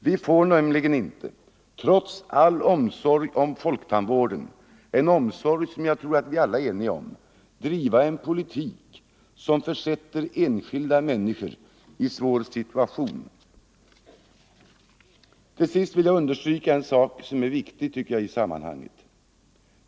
Vi får nämligen inte trots all omsorg om folktandvården — en omsorg som jag tror att vi alla är eniga om — driva en politik som försätter enskilda människor i en svår situation. Till sist vill jag understryka en sak, som jag tycker är viktig i sammanhanget.